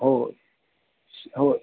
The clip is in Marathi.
होय होय